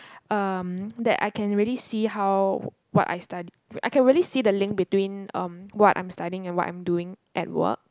um that I can really see how what I study I can really see the link between um what I'm studying and what I'm doing at work